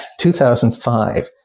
2005